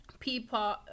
People